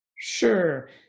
Sure